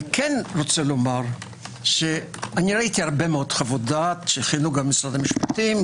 כן רוצה לומר שראיתי הרבה מאוד חוות דעת שהכינו גם משרד המשפטים,